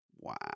Wow